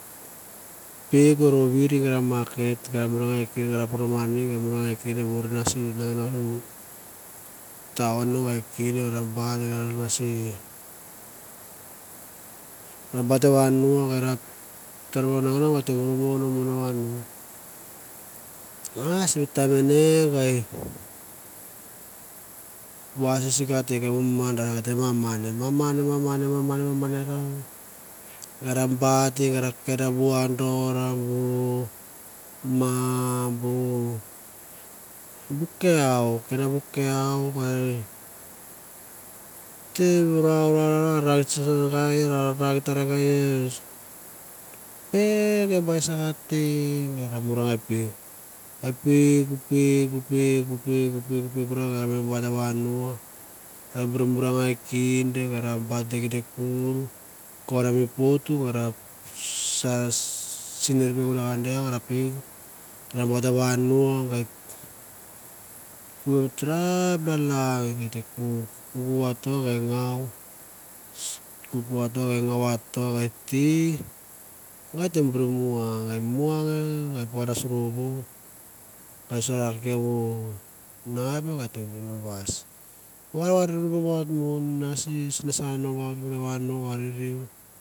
Peuk ra ver ei sim market na m urangai kinda sim cown nge me bait i vanu gei ra deri bu nginonginou o te mon seriu vane. A sim taim mane vais sikati nge maman maman maman ra kaut a ra kenda bu anda bu kiau. ken vatsake a peuk peuk ra a me bait ti vanu a bu morangai kinda nge ra bait ipopon mi pot nge ra kuk, kuk vato nge ngora vabon ami musang panda sivoro e sorokia ba naip e te bur vais variu mambaut mo mais sesang nambaut.